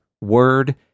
word